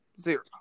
Zero